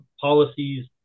policies